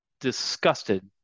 disgusted